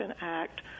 Act